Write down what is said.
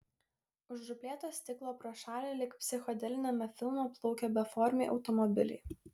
už ruplėto stiklo pro šalį lyg psichodeliniame filme plaukė beformiai automobiliai